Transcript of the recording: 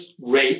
rate